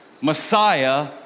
Messiah